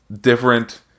different